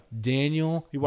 Daniel